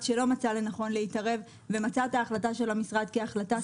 שלא מצא לנכון להתערב ומצא את ההחלטה של המשרד כהחלטה סבירה.